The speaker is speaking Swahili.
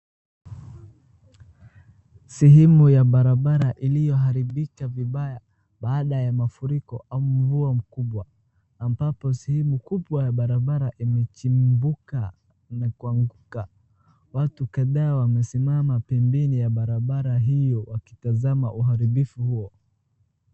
Sehemu ya barabara iliyoharibika vibaya baada ya mafuriko au mvua mkubwa. Ambapo sehemu kubwa ya barabara imechimbuka na kuanguka. Watu kadhaa wamesimama pembeni ya barabara hiyo wakitazama uharibifu huo.